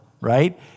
Right